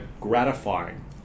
gratifying